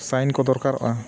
ᱥᱟᱭᱤᱱ ᱠᱚ ᱫᱚᱨᱠᱟᱨᱚᱜᱼᱟ